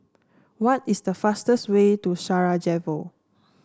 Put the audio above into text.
what is the fastest way to Sarajevo